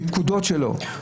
פקודות שלו.